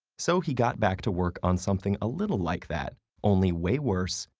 so he got back to work on something a little like that, only way worse,